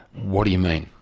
what do you mean?